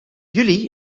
juli